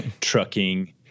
trucking